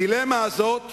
הדילמה הזאת,